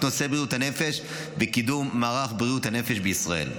נושא בריאות הנפש וקידום מערך בריאות הנפש בישראל.